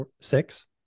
Six